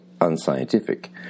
unscientific